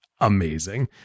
amazing